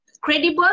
credible